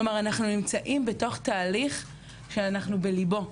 כלומר, אנחנו נמצאים בתוך תהליך שאנחנו בליבו.